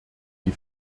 die